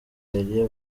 liberiya